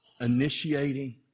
initiating